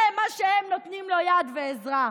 זה מה שהם נותנים לו יד ועזרה.